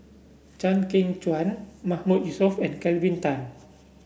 Chew Kheng Chuan Mahmood Yusof and Kelvin Tan